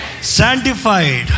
sanctified